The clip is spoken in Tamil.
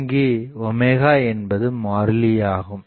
இங்கு w என்பது மாறிலி ஆகும்